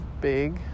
big